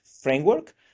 framework